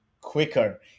quicker